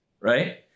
right